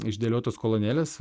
išdėliotos kolonėlės